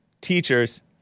teachers